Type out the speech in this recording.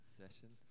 session